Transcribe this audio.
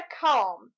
calm